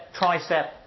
tricep